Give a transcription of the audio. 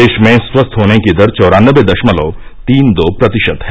देश में स्वस्थ होने की दर चौरान्नबे दशमलव तीन दो प्रतिशत है